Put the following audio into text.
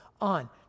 on